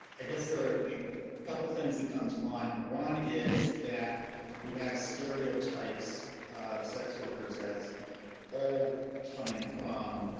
i guess there are a couple things that come to mind. one is that we have stereotypes of sex workers as all coming from,